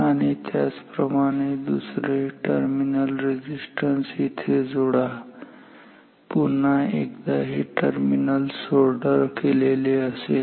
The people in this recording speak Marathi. ही त्याच प्रमाणे दुसरे टर्मिनल येथे जोडा पुन्हा एकदा हे टर्मिनल सोल्डर केलेले असेल